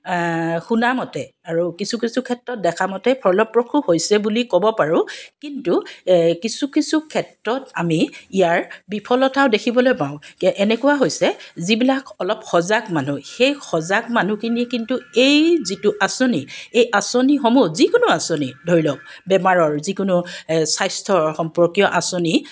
শুনামতে আৰু কিছু কিছু ক্ষেত্ৰত দেখামতে ফলপ্ৰসূ হৈছে বুলি ক'ব পাৰোঁ কিন্তু কিছু কিছু ক্ষেত্ৰত আমি ইয়াৰ বিফলতাও দেখিবলৈ পাওঁ যে এনেকুৱা হৈছে যিবিলাক অলপ সজাগ মানুহ সেই সজাগ মানুহখিনি কিন্তু এই যিটো আঁচনি এই আঁচনিসমূহ যিকোনো আঁচনি ধৰি লওক বেমাৰৰ যিকোনো স্বাস্থ্য সম্পৰ্কীয় আঁচনি